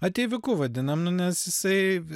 ateiviuku vadinam nu nes jisai